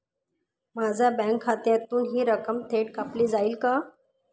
माझ्या बँक खात्यातून हि रक्कम थेट कापली जाईल का?